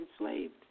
enslaved